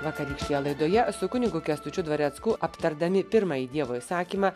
vakarykštėje laidoje su kunigu kęstučiu dvarecku aptardami pirmąjį dievo įsakymą